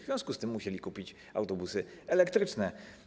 W związku z tym musiano kupić autobusy elektryczne.